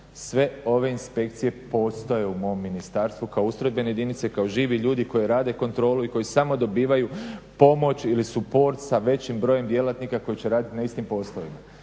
sve ove inspekcije postoje u mom ministarstvu kao ustrojbene jedinice, kao živi ljudi koji rade kontrolu i koji samo dobivaju pomoć ili suport sa većim brojem djelatnika koji će raditi na istim poslovima.